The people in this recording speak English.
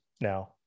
now